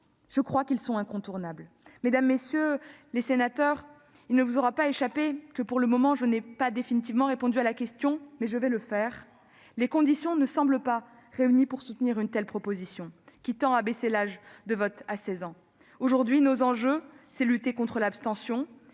ces temps forts, sont incontournables. Mesdames, messieurs les sénateurs, il ne vous aura pas échappé que, pour le moment, je n'ai pas définitivement répondu à la question. Mais je vais le faire. Ah ! Les conditions ne semblent pas réunies pour soutenir cette proposition d'abaisser l'âge de vote à 16 ans. Les enjeux, aujourd'hui, consistent à lutter contre l'abstention